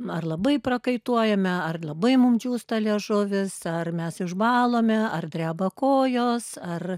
ar labai prakaituojame ar labai mum džiūsta liežuvis ar mes išbalome ar dreba kojos ar